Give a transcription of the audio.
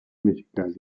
mexicali